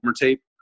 tape